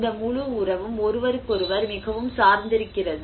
இந்த முழு உறவும் ஒருவருக்கொருவர் மிகவும் சார்ந்திருக்கிறது